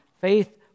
faith